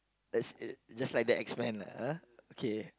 like it's just like the X-Men lah uh okay